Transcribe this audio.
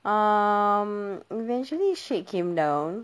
um eventually syed came down